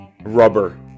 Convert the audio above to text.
rubber